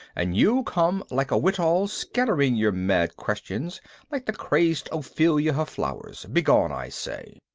and you come like a wittol scattering your mad questions like the crazed ophelia her flowers. begone, i say!